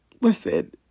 listen